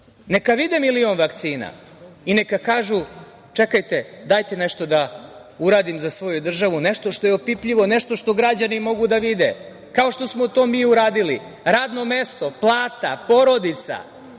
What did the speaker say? neka vide milion vakcina i neka kažu – čekajte, dajte nešto da uradim za svoju državu, nešto što je opipljivo, nešto što građani mogu da vide, kao što smo to mi uradili. Radno mesto, plata, porodica,